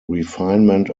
refinement